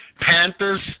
Panthers